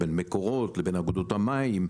בין מקורות לבין אגודות המים,